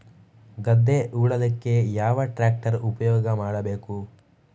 ಗದ್ದೆ ಉಳಲಿಕ್ಕೆ ಯಾವ ಟ್ರ್ಯಾಕ್ಟರ್ ಉಪಯೋಗ ಮಾಡಬೇಕು?